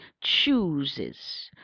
chooses